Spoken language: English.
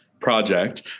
project